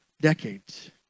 decades